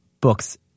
books